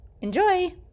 Enjoy